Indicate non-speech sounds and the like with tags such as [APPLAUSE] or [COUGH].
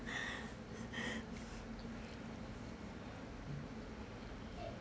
[LAUGHS]